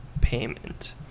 payment